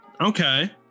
Okay